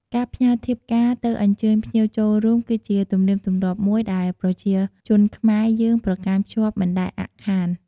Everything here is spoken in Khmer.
ការផ្ញើធៀបការទៅអញ្ជើញភ្ញៀវចូលរួមគឺជាទំនៀមទម្លាប់មួយដែលប្រជាជនខ្មែរយើងប្រកាន់ខ្ជាប់មិនដែលអាក់ខាន។